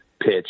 pitch